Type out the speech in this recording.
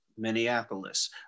Minneapolis